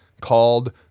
called